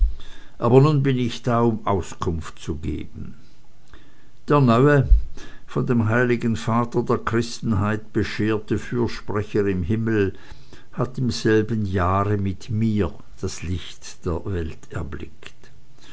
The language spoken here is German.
aber nun bin ich da um auskunft zu geben der neue von dem heiligen vater der christenheit bescherte fürsprecher im himmel hat im selben jahre mit mir das licht der welt erblickt